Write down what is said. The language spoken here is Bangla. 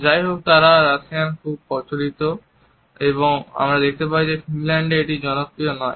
যাইহোক তারা রাশিয়ায় খুব জনপ্রিয় আমরা দেখতে পাই যে ফিনল্যান্ডে এটি জনপ্রিয় নয়